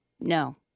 no